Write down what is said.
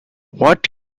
what